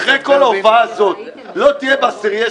ואחרי כל ההופעה הזאת אם לא תהיה בעשירייה